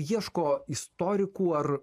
ieško istorikų ar